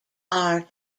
are